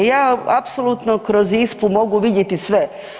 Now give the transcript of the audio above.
Ja apsolutno kroz ISPU mogu vidjeti sve.